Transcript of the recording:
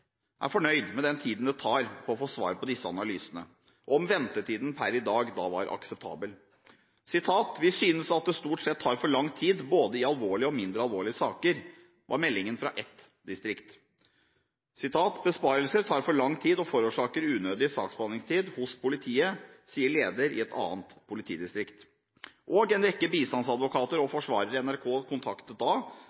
fornøyd med den tiden det tok å få svar på disse analysene, og om ventetiden per dags dato da var akseptabel. «Vi synes at det stort sett tar for lang tid – både i alvorlige og mindre alvorlige saker», var meldingen fra ett distrikt. «Besvarelser tar for lang tid og forårsaker unødig saksbehandlingstid hos politiet», sier en leder i et annet politidistrikt. En rekke bistandsadvokater og